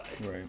Right